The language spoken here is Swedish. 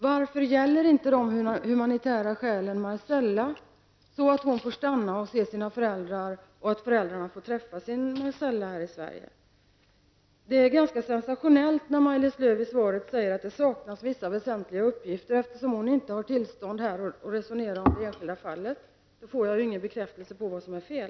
Varför gäller dessa humanitära skäl inte Marcella så att hon får stanna och se sina föräldrar och de i sin tur får träffa henne här i Sverige? Det är ganska sensationellt när Maj-Lis Lööw säger i sitt svar att vissa väsentliga uppgifter saknas och att hon därför inte får debattera enskilda fall. Då får jag ju ingen bekräftelse på vad som är fel!